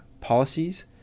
policies